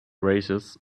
razors